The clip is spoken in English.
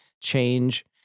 change